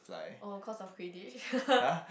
oh cause of Quidditch